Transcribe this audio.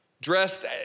dressed